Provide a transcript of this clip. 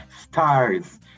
stars